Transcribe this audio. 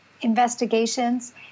investigations